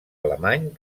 alemany